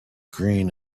green